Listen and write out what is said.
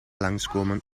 langskomen